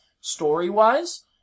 story-wise